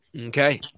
Okay